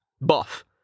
Buff